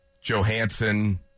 Johansson